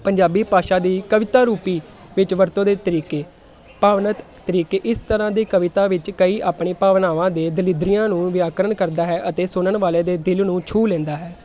ਪੰਜਾਬੀ ਭਾਸ਼ਾ ਦੀ ਕਵਿਤਾ ਰੂਪੀ ਵਿੱਚ ਵਰਤੋਂ ਦੇ ਤਰੀਕੇ ਭਾਵਨਾਤਮਕ ਤਰੀਕੇ ਇਸ ਤਰ੍ਹਾਂ ਦੇ ਕਵਿਤਾ ਵਿੱਚ ਕਈ ਆਪਣੇ ਭਾਵਨਾਵਾਂ ਦੇ ਦਲਿੱਦਰੀਆਂ ਨੂੰ ਵਿਆਕਰਣ ਕਰਦਾ ਹੈ ਅਤੇ ਸੁਣਨ ਵਾਲਿਆਂ ਦੇ ਦਿਲ ਨੂੰ ਛੂ ਲੈਂਦਾ ਹੈ